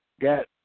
got